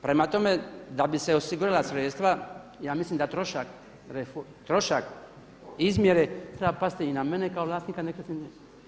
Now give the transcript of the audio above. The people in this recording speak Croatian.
Prema tome, da bi se osigurala sredstva ja mislim da trošak izmjere treba pasti i na mene kao vlasnika nekretnine.